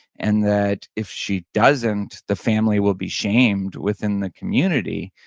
and that if she doesn't the family will be shamed within the community,